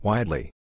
Widely